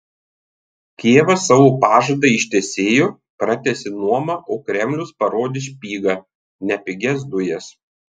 kijevas savo pažadą ištesėjo pratęsė nuomą o kremlius parodė špygą ne pigias dujas